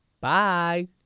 Bye